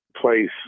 place